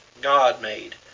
God-made